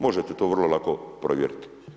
Možete to vrlo lako provjeriti.